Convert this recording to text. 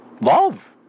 love